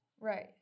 Right